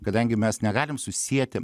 kadangi mes negalim susieti